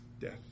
death